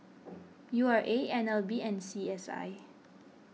U R A N L B and C S I